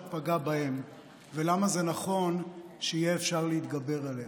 פגעה בהם ולמה זה נכון שיהיה אפשר להתגבר עליה.